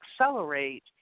accelerate